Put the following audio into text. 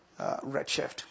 Redshift